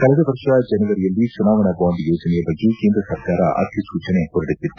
ಕಳೆದ ವರ್ಷ ಜನವರಿಯಲ್ಲಿ ಚುನಾವಣಾ ಬಾಂಡ್ ಯೋಜನೆಯ ಬಗ್ಗೆ ಕೇಂದ್ರ ಸರ್ಕಾರ ಅಧಿಸೂಚನೆ ಹೊರಡಿಸಿತ್ತು